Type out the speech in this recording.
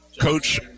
Coach